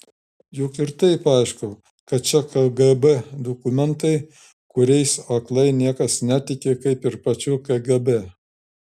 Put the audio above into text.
juk ir taip aišku kad čia kgb dokumentai kuriais aklai niekas netiki kaip ir pačiu kgb